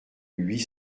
huit